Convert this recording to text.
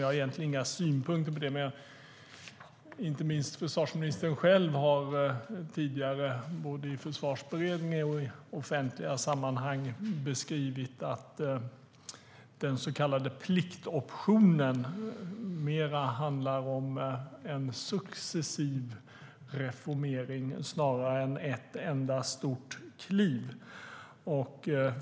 Jag har egentligen inga synpunkter på det. Inte minst har dock försvarsministern själv tidigare, både i Försvarsberedningen och i offentliga sammanhang, beskrivit att den så kallade pliktoptionen snarare handlar om en successiv reformering än om ett enda stort kliv.